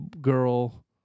girl